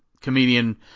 Comedian